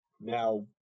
now